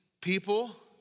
people